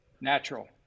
Natural